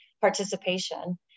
participation